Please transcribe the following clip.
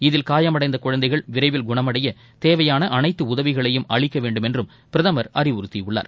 இதில் காயமடைந்த குழந்தைகள் விரைவில் குணமடைய தேவையான அனைத்து உதவிகளையும் அளிக்க வேண்டுமென்றம் பிரதமர் அறிவுறுத்தியுள்ளார்